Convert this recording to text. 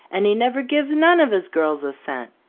an' he never gives none of his girls a cent.